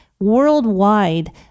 worldwide